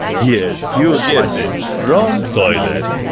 yes you guessed it, from toilet.